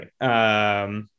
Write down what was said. Right